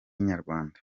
inyarwanda